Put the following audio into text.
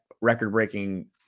record-breaking